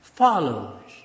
follows